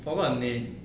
forgot her name